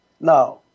now